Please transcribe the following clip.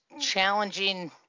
challenging